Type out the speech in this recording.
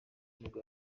nibwo